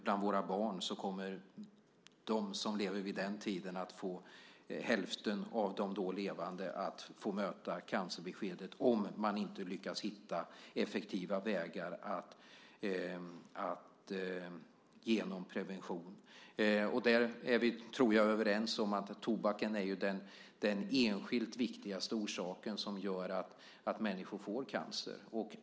Bland våra barn kommer hälften senare i livet att få möta cancerbeskedet om man inte lyckas hitta effektiva vägar genom prevention. Där är vi, tror jag, överens om att tobaken är den enskilt viktigaste orsaken som gör att människor får cancer.